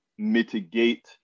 mitigate